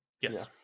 Yes